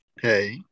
Hey